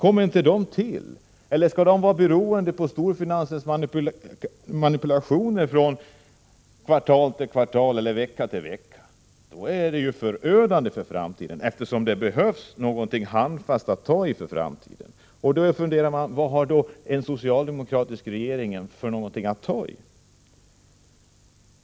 Om inte dessa jobb kommer till eller om de skall vara beroende av storfinansens manipulationer från kvartal till kvartal eller från vecka till vecka, är det förödande för framtiden. Det behövs nämligen någonting handfast att ta tag i inför framtiden. Det är någonting att fundera över. Man frågar sig således: Vad har en socialdemokratisk regering att ta tag i?